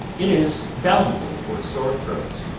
it is valuable for sore throats.